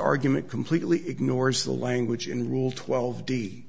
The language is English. argument completely ignores the language in rule twelve d